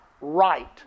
right